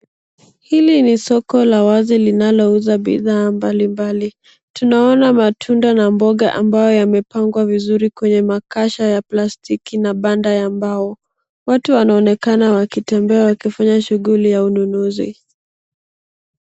Hili ni soko la wazi linalouza bidhaa mbalimbali. Tunaona matunda na mboga ambayo yamepangwa vizuri kwenye makasha ya plastiki na banda ya mbao. Watu wanaonekana wakitembea wakifanya shughuli ya ununuzi.